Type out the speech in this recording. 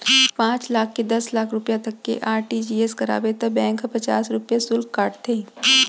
पॉंच लाख ले दस लाख रूपिया तक के आर.टी.जी.एस कराबे त बेंक ह पचास रूपिया सुल्क काटथे